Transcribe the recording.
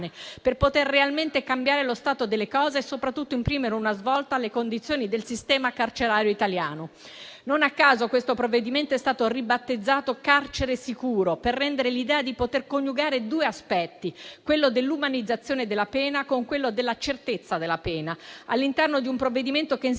per poter realmente cambiare lo stato delle cose e, soprattutto, imprimere una svolta alle condizioni del sistema carcerario italiano. Non a caso questo provvedimento è stato ribattezzato "carcere sicuro", per rendere l'idea di poter coniugare due aspetti, quello dell'umanizzazione della pena con quello della certezza della pena, all'interno di un provvedimento che si inserisce